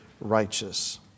righteous